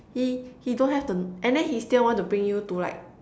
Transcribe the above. he he don't have the n~ and then he still want to bring you to like